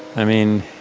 i mean,